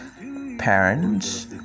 parents